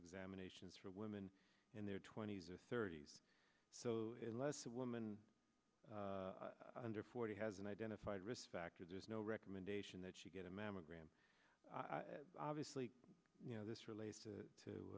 examinations for women in their twenty's or thirty's so unless a woman under forty has an identified risk factor there's no recommendation that she get a mammogram obviously you know this relates to